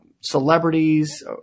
celebrities